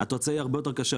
התוצאה היא הרבה יותר קשה,